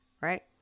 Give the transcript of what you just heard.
right